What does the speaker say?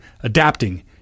Adapting